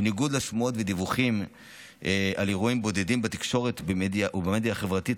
בניגוד לשמועות ולדיווחים על אירועים בודדים בתקשורת ובמדיה החברתית,